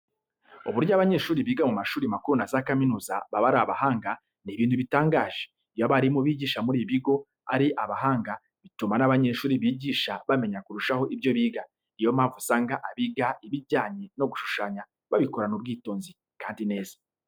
Uburyo abanyeshuri biga mu mashuri makuru na za kaminuza baba ari abahanga ni ibintu bitangaje. Iyo abarimu bigisha muri ibi bigo ari abahanga bituma n'abanyeshuri bigisha bamenya kurushaho ibyo biga. Niyo mpamvu usanga abiga ibijyanye no gushushanya babikorana ubwitonzi kandi neza.